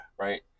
Right